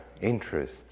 interest